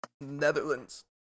Netherlands